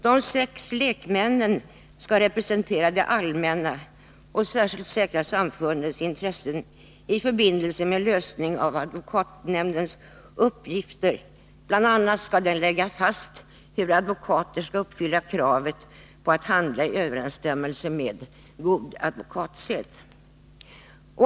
De 6 lekmännen skall representera det allmänna och särskilt säkra samfundets intressen i förbindelse med handläggningen av advokatnämndens uppgifter, bl.a. fastläggandet av hur advokater skall uppfylla kravet på att handla i överensstämmelse med god advokatsed.